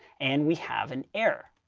and we have an error.